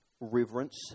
reverence